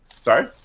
Sorry